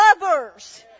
lovers